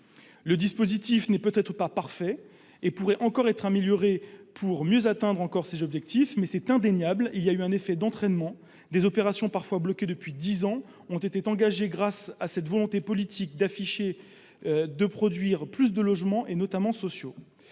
Le dispositif n'est peut-être pas parfait et pourrait encore être amélioré pour mieux atteindre ses objectifs, mais l'effet d'entraînement est indéniable : des opérations parfois bloquées depuis dix ans ont été engagées grâce à cette volonté politique affichée de produire plus de logements, notamment sociaux.